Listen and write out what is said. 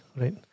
right